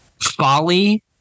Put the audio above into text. folly